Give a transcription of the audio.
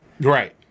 Right